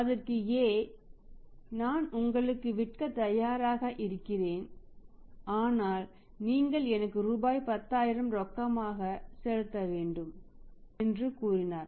அதற்கு A " நான் உங்களுக்கு விற்க தயாராக இருக்கிறேன் ஆனால் நீங்கள் எனக்கு ரூபாய் 10000 ரொக்கமாக செலுத்த வேண்டும்" என்று கூறினார்